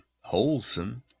wholesome